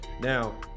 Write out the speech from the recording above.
Now